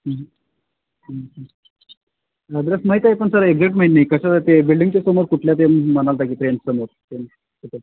address माहीत आहे पण सर एक्झॅक्ट माहीत नाही कसं ते बिल्डिंगच्या समोर कुठल्या त्या समोर